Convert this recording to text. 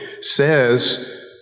says